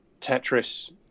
Tetris